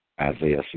Isaiah